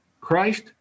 Christ